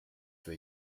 für